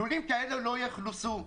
לולים כאלה לא יאוכלסו.